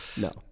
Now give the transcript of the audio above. no